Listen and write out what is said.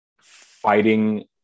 fighting